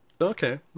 Okay